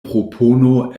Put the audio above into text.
propono